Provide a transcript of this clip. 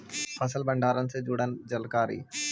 फसल भंडारन से जुड़ल जानकारी?